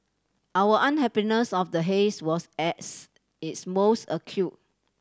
our unhappiness of the haze was as its most acute